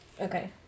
Okay